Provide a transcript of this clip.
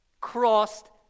Crossed